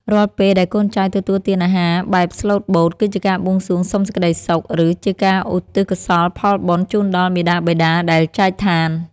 រាល់ពេលដែលកូនចៅទទួលទានអាហារបែបស្លូតបូតគឺជាការបួងសួងសុំសេចក្តីសុខ ឬ ជាការឧទ្ទិសកុសលផលបុណ្យជូនដល់មាតាបិតាដែលចែកឋាន។